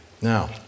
Now